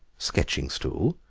sketching-stool,